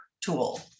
tool